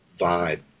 vibe